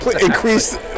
increase